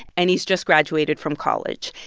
and he's just graduated from college.